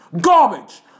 Garbage